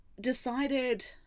decided